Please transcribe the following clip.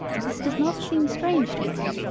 this does not seem strange to one,